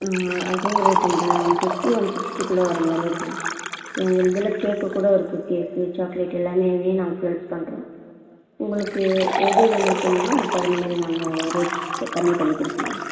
அதோடய ரேட்டுங்களா one fifty one சிக்ஸ்ட்டிக்குள்ளே வருங்க ரேட்டு எங்கள்தில் கேக்குக்கூட இருக்குது கேக்கு சாக்லேட்டு எல்லாமே நாங்கள் சேல்ஸ் பண்ணுறோம் உங்களுக்கு எது வேணும்னு சொன்னிங்கன்னால் அதுக்கு தகுந்த மாதிரி நாங்க ரேட் கம்மி பண்ணிக் கொடுப்போங்க